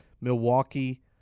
Milwaukee